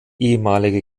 ehemalige